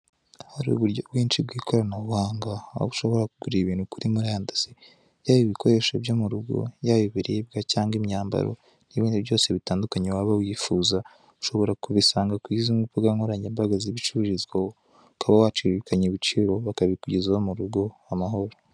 Hari uburyo bwinshi bw'ikiranabuhanga, aho ushobora kugurira ibintu kuri murandasi, yaba ibikoresho byo mu rugo, yaba ibiribwa cyangwa imyambaro, n'ibindi byose bitandukanye waba wifuza, ushobora kubisanga kuri izo mbuga nkoranyambaga zibicururizwaho ukaba wacuririkanywa ibiciro, bakabikugezaho mu rugo amahoro.